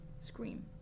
Scream